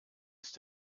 ist